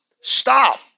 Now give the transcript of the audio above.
stop